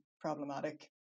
problematic